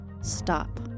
Stop